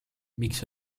miks